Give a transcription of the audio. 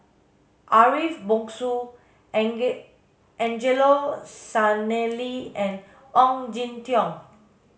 Ariff Bongso Angelo Sanelli and Ong Jin Teong